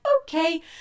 okay